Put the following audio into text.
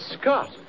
Scott